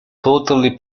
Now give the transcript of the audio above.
totally